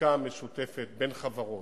הסליקה המשותפת בין חברות.